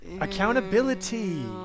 Accountability